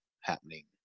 happening